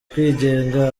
kwigenga